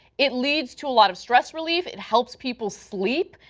it leads to a lot of stress relief, it helps people sleep.